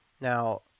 now